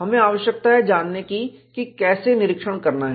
हमें आवश्यकता है जानने की कि कैसे निरीक्षण करना है